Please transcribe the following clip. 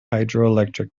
hydroelectric